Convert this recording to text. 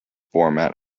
format